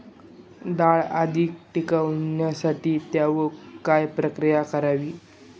डाळ अधिक टिकवण्यासाठी त्यावर काय प्रक्रिया करावी?